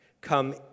come